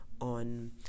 on